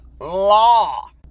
law